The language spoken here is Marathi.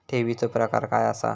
ठेवीचो प्रकार काय असा?